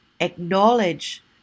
acknowledge